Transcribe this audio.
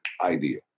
idea